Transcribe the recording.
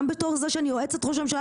גם בתור זה שאני יועצת ראש הממשלה